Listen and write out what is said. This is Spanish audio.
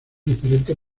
diferentes